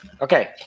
Okay